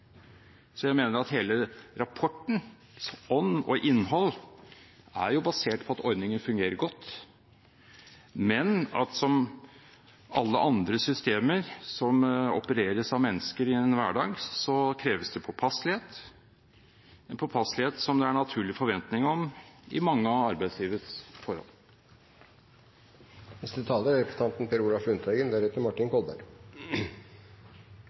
Jeg mener at hele rapportens ånd og innhold er basert på at ordningen fungerer godt, men at det som for alle andre systemer som opereres av mennesker i en hverdag, kreves påpasselighet – en påpasselighet som det er en naturlig forventning om i mange av arbeidslivets forhold. Jeg tar ordet for å kommentere både representanten